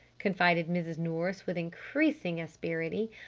confided mrs. nourice with increasing asperity,